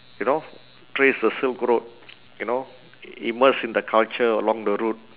you know trace the silk road you know immerse in the culture along the route